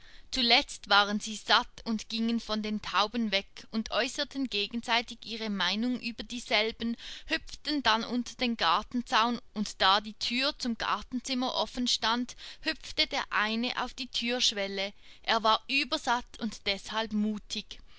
zuletzt waren sie satt und gingen von den tauben weg und äußerten gegenseitig ihre meinung über dieselben hüpften dann unter den gartenzaun und da die thür zum gartenzimmer offen stand hüpfte der eine auf die thürschwelle er war übersatt und deshalb mutig